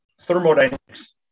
thermodynamics